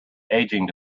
aging